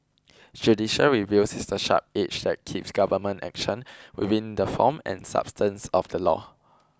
judicial review is the sharp edge that keeps government action within the form and substance of the law